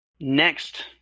next